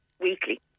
weekly